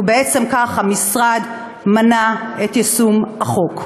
ובעצם כך המשרד מנע את יישום החוק.